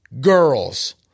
girls